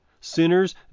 Sinners